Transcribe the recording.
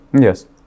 Yes